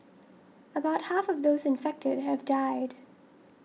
about half of those infected have died